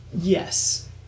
Yes